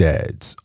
Dads